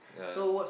yeah